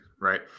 right